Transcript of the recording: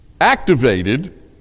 activated